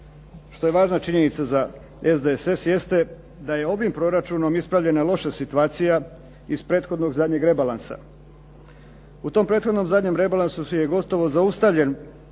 što je važna SDSS jeste da je ovim proračunom ispravljena loša situacija iz prethodnog zadnjeg rebalansa. U tom prethodnom zadnjem rebalansu je gotovo zaustavljen